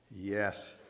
Yes